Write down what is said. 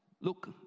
look